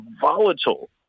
volatile